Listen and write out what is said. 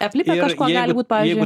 aplipękažkuo gali būt pavyzdžiui